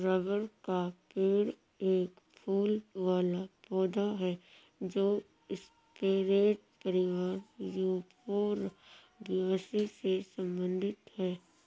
rubber का पेड़ एक फूल वाला पौधा है जो स्परेज परिवार यूफोरबियासी से संबंधित है